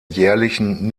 jährlichen